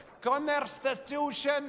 constitution